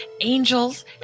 angels